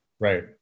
Right